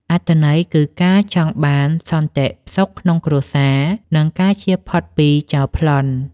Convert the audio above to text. អត្ថន័យគឺការចង់បានសន្តិសុខក្នុងគ្រួសារ និងការជៀសផុតពីចោរប្លន់។